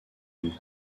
une